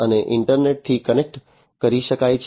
આને ઇન્ટરનેટથી કનેક્ટ કરી શકાય છે